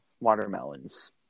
watermelons